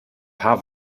paar